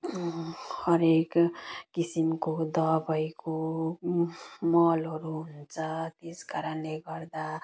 हरएक किसिमको दबाईको मलहरू हुन्छ त्यस कारणले गर्दा